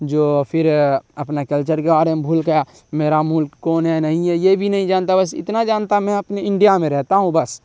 جو پھر اپنے کلچر کے بارے میں بھول گیا میرا ملک کون ہے نہیں ہے یہ بھی نہیں جانتا بس اتنا جانتا اپنے میں اپنے انڈیا میں رہتا ہوں بس